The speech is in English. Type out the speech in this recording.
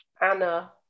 Anna